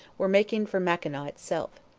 were making for mackinaw itself.